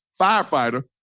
firefighter